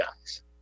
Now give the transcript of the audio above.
guys